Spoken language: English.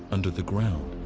under the ground.